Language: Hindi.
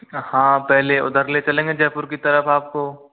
हाँ पहले उधर ले चलेंगे जयपुर की तरफ आपको